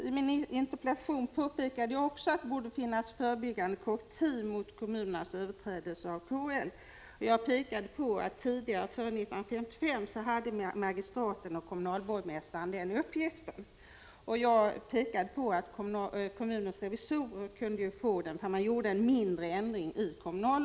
I min interpellation påpekade jag att det borde finnas förebyggande korrektiv mot kommuners överträdelser av kommunallagen. Före 1955 hade kommunalborgmästaren eller magistraten den uppgiften. Kommunens revisorer kunde få den uppgiften om man gjorde en mindre ändring i KL.